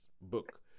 book